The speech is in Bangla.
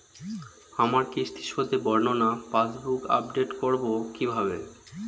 আমার কিস্তি শোধে বর্ণনা পাসবুক আপডেট করব কিভাবে?